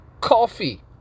Coffee